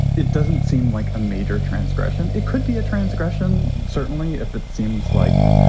it it doesn't seem like a major transgression. it could be a transgression, certainly, if it seems like